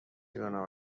گناه